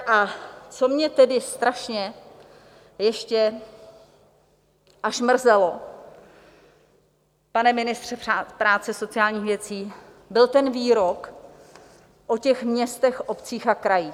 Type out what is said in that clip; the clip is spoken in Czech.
A co mě tedy strašně až mrzelo, pane ministře práce a sociálních věcí, byl ten výrok o těch městech, obcích a krajích.